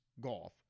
golf